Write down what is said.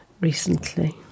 recently